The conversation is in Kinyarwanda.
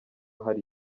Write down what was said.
hari